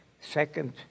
second